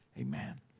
amen